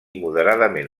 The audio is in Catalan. moderadament